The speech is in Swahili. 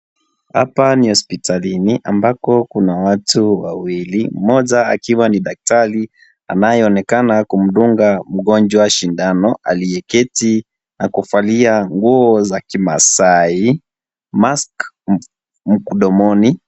Hapa ni hospitalini, ambako kuna watu wawili. Mmoja akiwa ni daktari anayeonekana kumdunga mgonjwa sindano. Aliyeketi na kuvalia nguo za Kimasaai, mask mdomoni.